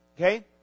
Okay